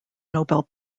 nobel